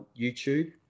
YouTube